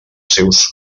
seus